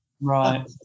Right